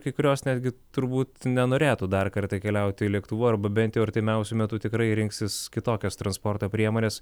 kai kurios netgi turbūt nenorėtų dar kartą keliauti lėktuvu arba bent jau artimiausiu metu tikrai rinksis kitokias transporto priemones